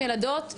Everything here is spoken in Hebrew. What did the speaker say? ילדות,